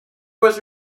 was